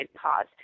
cause